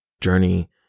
journey